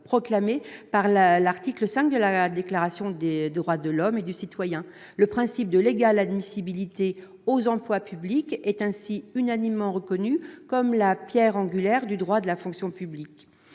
proclamé par l'article VI de la Déclaration des droits de l'homme et du citoyen. Le principe de l'égale admissibilité aux emplois publics est unanimement reconnu comme la pierre angulaire du droit de la fonction publique.